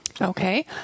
Okay